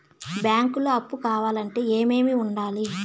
బ్యాంకులో అప్పు కావాలంటే ఏమేమి ఉండాలి?